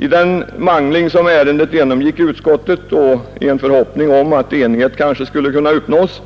Under den mangling som ärendet genomgick i utskottet och i en förhoppning om att enighet kanske skulle kunna uppnås